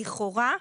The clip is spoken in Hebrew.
לכאורה,